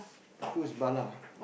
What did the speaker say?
who is Bala